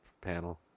panel